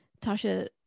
tasha